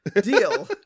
deal